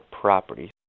properties